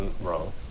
wrong